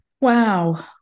Wow